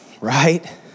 right